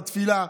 על תפילה,